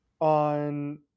on